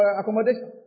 accommodation